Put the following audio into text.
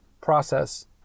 process